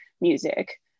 music